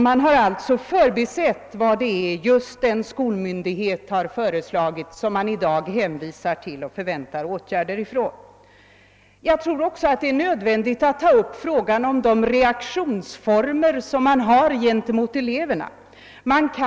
Man har förbisett vad den skolmyndighet har föreslagit som man i dag hänvisar till och förväntar sig åtgärder från. Vidare tror jag det är nödvändigt att ta upp frågan om de reaktionsformer gentemot eleverna som vi nu har.